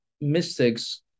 mystics